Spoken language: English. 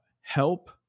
help